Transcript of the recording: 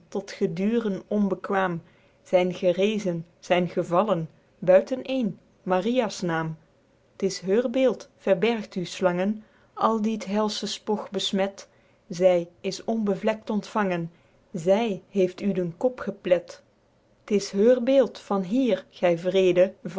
tot geduren onbekwaem zyn gerezen zyn gevallen buiten één maria's naem t is heur beeld verbergt u slangen al die t helsche spog besmet zy is onbevlekt ontvangen zy heeft u den kop geplet t is heur beeld van hier gy wreede